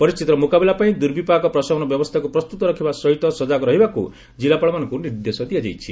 ପରିସ୍ଥିତିର ମୁକାବିଲାପାଇଁ ଦୁର୍ବିପାକ ପ୍ରଶମନ ବ୍ୟବସ୍ଥାକୁ ପ୍ରସ୍ତୁତ ରଖିବା ସହିତ ସଜାଗ ରହିବାକୁ ଜିଲ୍ଲାପାଳମାନଙ୍କୁ ନିର୍ଦ୍ଦେଶ ଦିଆଯାଇଛି